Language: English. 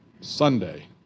Sunday